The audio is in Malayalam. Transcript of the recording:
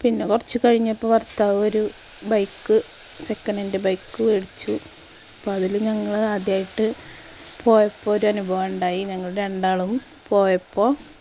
പിന്നെ കുറച്ചു കഴിഞ്ഞപ്പോൾ ഭർത്താവ് ഒരു ബൈക്ക് സെക്കൻ്റ് ഹാൻ്റ് ബൈക്ക് മേടിച്ചു അപ്പോൾ അതിൽ ഞങ്ങൾ ആദ്യമായിട്ട് പോയപ്പോൾ ഒരു അനുഭവം ഉണ്ടായി ഞങ്ങൾ രണ്ടാളും പോയപ്പോൾ